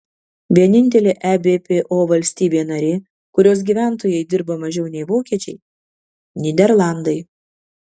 vienintelė ebpo valstybė narė kurios gyventojai dirba mažiau nei vokiečiai nyderlandai